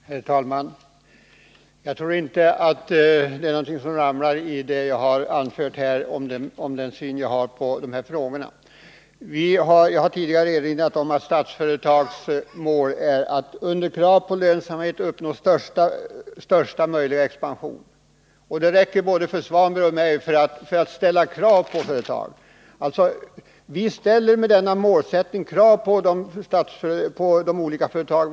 Herr talman! Jag tror inte att den syn som jag har på dessa frågor åstadkommer några omvälvningar. Jag har tidigare erinrat om att Statsföretags mål är att med krav på lönsamhet uppnå största möjliga expansion. Det räcker för att både Ingvar Svanberg och jag skall kunna ställa krav på företaget.